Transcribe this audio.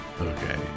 Okay